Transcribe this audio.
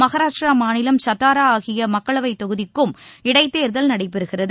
மஹாராஷ்ட்ர மாநிலம் சத்தாரா ஆகிய மக்களவைத் தொகுதிகளுக்கும் இடைத்தேர்தல் நடைபெறுகிறது